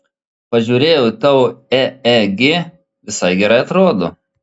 pažiūrėjau į tavo eeg visai gerai atrodo